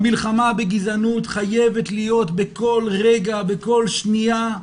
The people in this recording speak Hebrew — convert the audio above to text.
המלחמה בגזענות חייבת להיות בכל רגע, בכל שנייה.